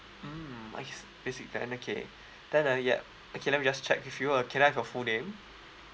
basic plan okay then uh yup okay let me just check with you uh can I have your full name